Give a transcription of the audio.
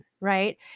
right